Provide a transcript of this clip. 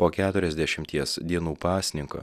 po keturiasdešimties dienų pasninko